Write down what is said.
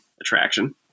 attraction